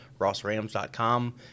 RossRams.com